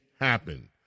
happen